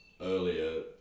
earlier